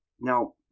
Now